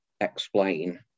explain